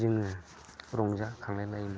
जोङो रंजा खांलाय लायोमोन